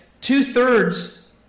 two-thirds